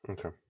Okay